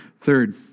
Third